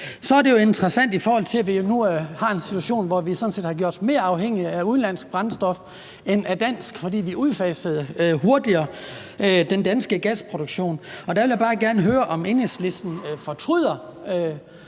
er det interessant, i forhold til at vi nu har en situation, hvor vi sådan set har gjort os mere afhængige af udenlandsk brændstof end af dansk brændstof, fordi vi hurtigere udfaser den danske gasproduktion. Og der vil jeg bare gerne høre, om Enhedslisten fortryder